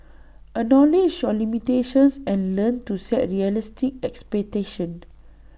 acknowledge your limitations and learn to set realistic expectations